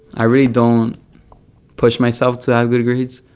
i really don't push myself to have good grades.